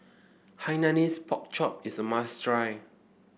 Hainanese Pork Chop is a must try